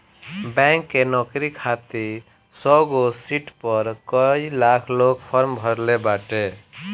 bank के नोकरी खातिर सौगो सिट पअ कई लाख लोग फार्म भरले बाटे